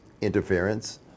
interference